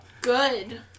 Good